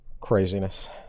craziness